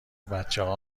بچهها